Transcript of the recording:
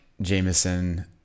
Jameson